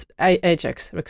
AJAX